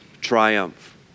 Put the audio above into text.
triumph